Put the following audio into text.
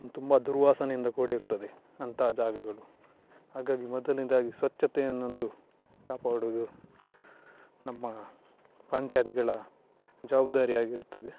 ತುಂಬ ದುರ್ವಾಸನೆಯಿಂದ ಕೂಡಿರುತ್ತದೆ ಅಂತಹ ಜಾಗಗಳು ಹಾಗಾಗಿ ಮೊದಲನೇದಾಗಿ ಸ್ವಚ್ಛತೆಯನ್ನೊಂದು ಕಾಪಾಡೋದು ನಮ್ಮ ಪಂಚಾಯಿತಿಗಳ ಜವಾಬ್ದಾರಿ ಆಗಿರುತ್ತದೆ